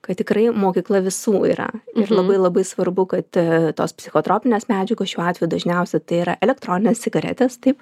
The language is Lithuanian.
kad tikrai mokykla visų yra ir labai labai svarbu kad tos psichotropinės medžiagos šiuo atveju dažniausiai tai yra elektroninės cigaretės taip